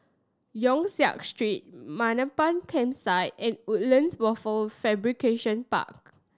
Yong Siak Street Mamam Campsite and Woodlands Wafer Fabrication Park